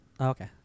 okay